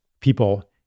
people